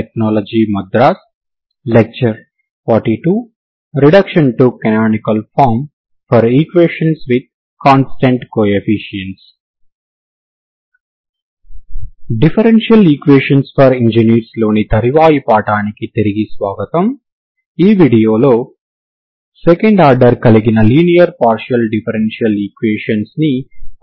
తరంగ సమీకరణం పూర్తి ప్రదేశంలో ఇచ్చినప్పుడు x విలువ ∞∞ లో ఉంది అది డి' ఆలెంబెర్ట్ పరిష్కారం అవుతుంది మరియు సెమీ ఇన్ఫినిటీ డొమైన్ లో తరంగ సమీకరణాన్ని ఇచ్చినప్పుడు x విలువ ∞ 0 లో ఉంటుంది మరియు 0 వద్ద మీరు సరిహద్దు షరతును అందించాలి